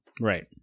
Right